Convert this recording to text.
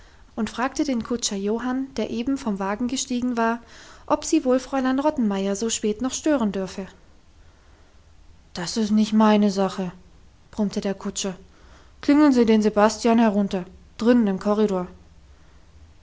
und fragte den kutscher johann der eben vom wagen gestiegen war ob sie wohl fräulein rottenmeier so spät noch stören dürfe das ist nicht meine sache brummte der kutscher klingeln sie den sebastian herunter drinnen im korridor